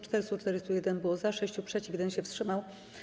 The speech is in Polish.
441 było za, 6 - przeciw, 1 się wstrzymał.